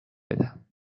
بدم